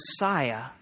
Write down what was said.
Messiah